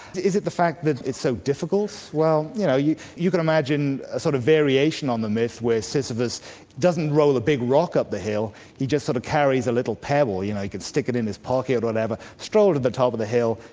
is it the fact that it's so difficult? well, you know, you you can imagine a sort of variation on the myth where sisyphus doesn't roll a big rock up the hill, he just sort of carries a little pebble, you know, stick it in his pocket or whatever, stroll to the top of the hill,